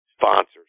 sponsors